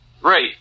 Right